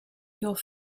you’re